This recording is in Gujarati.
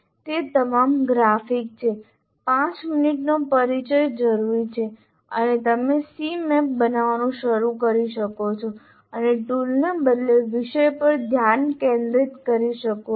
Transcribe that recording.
તે તમામ ગ્રાફિક છે 5 મિનિટનો પરિચય જરૂરી છે અને તમે Cmap બનાવવાનું શરૂ કરી શકો છો અને ટૂલને બદલે વિષય પર ધ્યાન કેન્દ્રિત કરી શકો છો